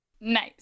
Nice